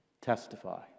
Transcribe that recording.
testify